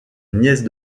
nièce